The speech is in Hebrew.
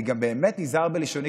אני גם באמת נזהר בלשוני,